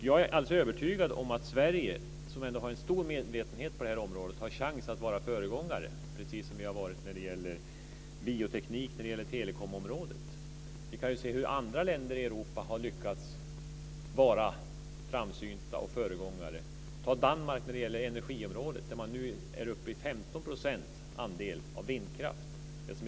Jag är alldeles övertygad om att Sverige, som ändå har en stor medvetenhet på det här området har chans att vara föregångare, precis som vi har varit när det gäller bioteknik och telekomområdet. Vi kan se hur andra länder i Europa har lyckats vara framsynta och gå före. Vi kan ta Danmark och energiområdet som exempel. Där är nu vindkraftens andel uppe i 15 %.